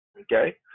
Okay